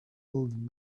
old